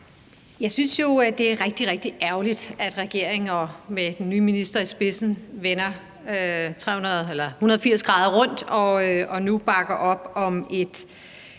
Jeg synes jo, det er rigtig, rigtig ærgerligt, at regeringen med den nye minister i spidsen vender 180 grader rundt og nu bakker op om et